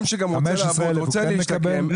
שגם רוצה לעבוד ורוצה להשתקם,